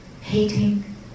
hating